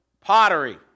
pottery